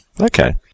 okay